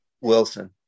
Wilson